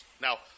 now